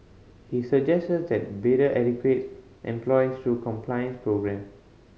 he suggested that bidder educate employees through compliance programme